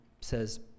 says